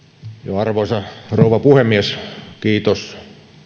arvoisa rouva puhemies kiitos